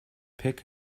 pick